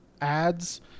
ads